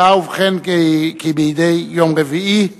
כמדי יום רביעי,